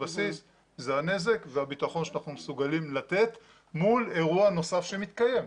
הבסיס זה הנזק והביטחון שאנחנו מסוגלים לתת מול אירוע נוסף שמתקיים.